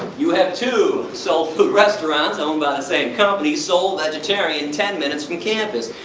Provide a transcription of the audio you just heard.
you have two soul food restaurants owned by the same company soul vegetarian ten minutes from campus.